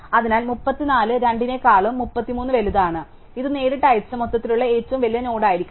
അതിനാൽ 34 രണ്ടിനെക്കാളും 33 വലുതാണ് ഇത് നേരിട്ട് അയച്ച മൊത്തത്തിലുള്ള ഏറ്റവും വലിയ നോഡായിരിക്കണം